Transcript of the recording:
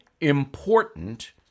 important